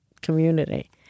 community